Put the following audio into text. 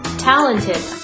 talented